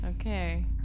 okay